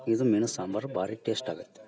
ಇದು ಮೀನು ಸಾಂಬಾರು ಭಾರಿ ಟೇಸ್ಟ್ ಆಗತ್ತೆ